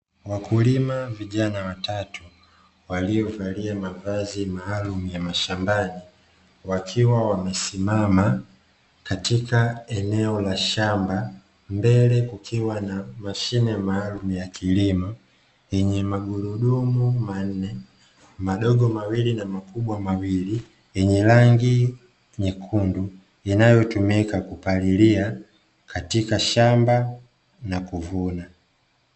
Wakulima vijana watatu waliovalia mavazi maalumu ya mashambani wakiwa wamesimama katika eneo la shamba mbele kukiwa na mashine maalumu ya kilimo, yenye magurudumu manne madogo mawili na makubwa mawili yenye rangi nyekundu inayotumika kupalilia katika shamba na kuvuna.